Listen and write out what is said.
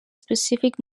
specific